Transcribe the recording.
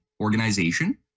organization